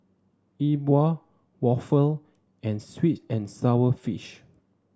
E Bua waffle and sweet and sour fish